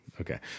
okay